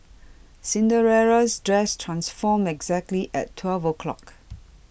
Cinderella's dress transformed exactly at twelve o'clock